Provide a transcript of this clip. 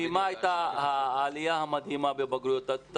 מה הייתה העלייה המדהימה בבגרויות בעשור האחרון?